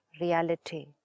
reality